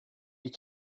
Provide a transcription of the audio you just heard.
you